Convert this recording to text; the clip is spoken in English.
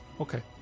okay